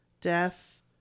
death